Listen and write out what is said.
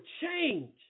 change